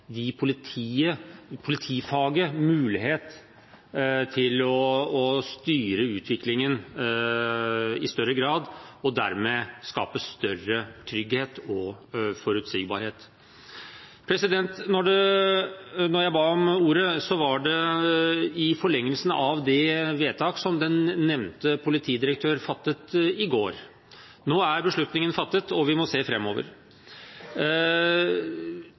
gi politiet større frihet under ansvar og større frihet til å gi politifaget mulighet til å styre utviklingen i større grad og dermed skape mer trygghet og forutsigbarhet. Når jeg ba om ordet, var det i forlengelsen av det vedtaket som den nevnte politidirektøren fattet i går. Nå er beslutningen fattet, og vi må se